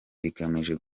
rigamije